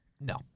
no